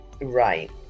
right